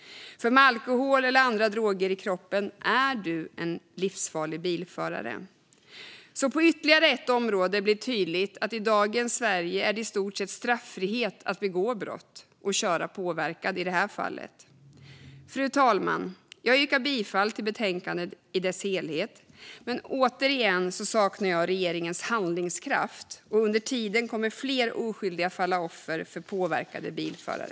Med alkohol eller andra droger i kroppen är du en livsfarlig bilförare. På ytterligare ett område blir det alltså tydligt att det i dagens Sverige är i stort sett straffritt att begå brott - i det här fallet att köra påverkad. Fru talman! Jag yrkar bifall till förslaget i dess helhet. Men återigen saknar jag handlingskraft från regeringens sida, och under tiden kommer fler oskyldiga att falla offer för påverkade bilförare.